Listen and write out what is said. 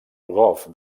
golf